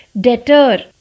deter